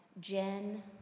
Jen